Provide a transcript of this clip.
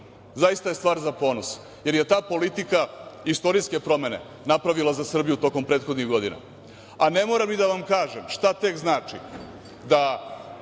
zaista je stvar za ponos, jer je ta politika istorijske promene napravila za Srbiju tokom prethodnih godina.A ne moram ni da vam kažem šta tek znači da